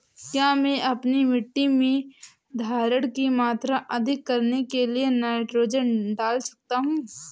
क्या मैं अपनी मिट्टी में धारण की मात्रा अधिक करने के लिए नाइट्रोजन डाल सकता हूँ?